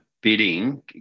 bidding